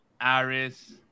Aris